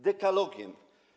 Dekalogiem.